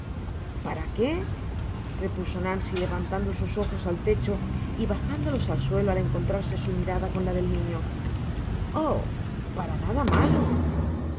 para qué repuso nancy levantando sus ojos al techo y bajándolos al suelo al encontrarse su mirada con la del niño oh para nada malo